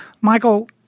Michael